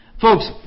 folks